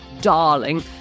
darling